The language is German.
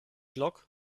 block